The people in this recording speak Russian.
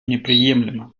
неприемлема